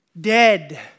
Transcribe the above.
dead